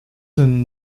and